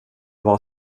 vad